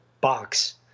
box